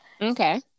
Okay